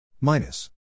minus